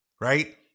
Right